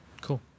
Cool